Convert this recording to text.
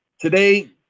today